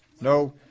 No